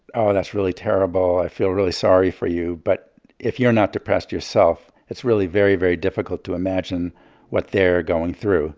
oh, that's really terrible. i feel really sorry for you. but if you're not depressed yourself, it's really very, very difficult to imagine what they're going through